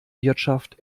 wirtschaft